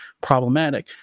problematic